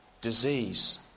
Disease